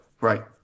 Right